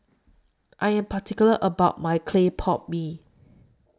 I Am particular about My Clay Pot Mee